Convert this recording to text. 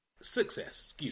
success